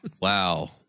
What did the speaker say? Wow